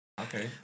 Okay